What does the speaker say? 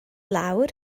lawr